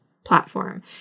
Platform